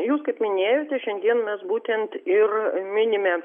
jūs kaip minėjote šiandien mes būtent ir minime